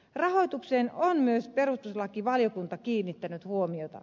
rahoitukseen on myös perustuslakivaliokunta kiinnittänyt huomiota